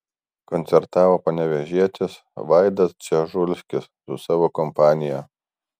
koncertavo panevėžietis vaidas dzežulskis su savo kompanija